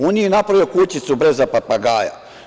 On nije napravio kućicu, bre, za papagaja.